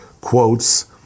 quotes